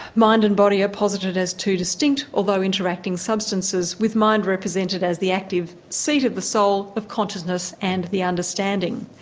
mind and body are posited as two distinct, although interacting substances, with mind represented as the active seat of the soul, of consciousness and the understanding.